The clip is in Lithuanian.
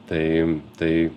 tai tai